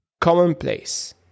commonplace